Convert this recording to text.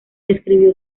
describió